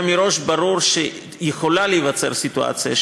היה מראש ברור שיכולה להיווצר סיטואציה,